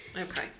Okay